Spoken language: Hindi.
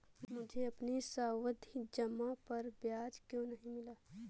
मुझे अपनी सावधि जमा पर ब्याज क्यो नहीं मिला?